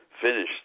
finished